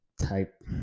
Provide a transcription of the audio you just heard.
type